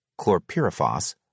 chlorpyrifos